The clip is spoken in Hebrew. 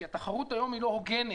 כי התחרות היום היא לא הוגנת.